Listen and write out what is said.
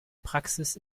praxis